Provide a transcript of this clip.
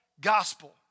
gospel